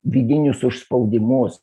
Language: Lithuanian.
vidinius užspaudimus